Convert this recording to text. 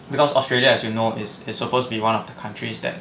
because australia as you know it's it's supposed to be one of the countries that